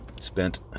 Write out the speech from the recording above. spent